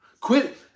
Quit